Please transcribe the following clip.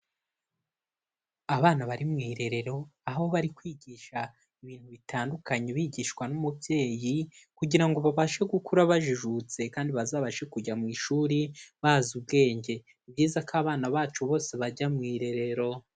Abana bari mu irerero, aho bari kwigisha ibintu bitandukanye bigishwa n'umubyeyi kugira ngo babashe gukura bajijutse kandi bazabashe kujya mu ishuri, bazi ubwenge. Ni byiza ko abana bacu bose bajya mu irerero.